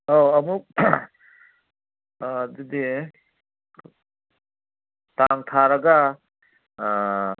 ꯑꯣ ꯑꯃꯨꯛ ꯑꯗꯨꯗꯤ ꯇꯥꯡ ꯊꯥꯔꯒ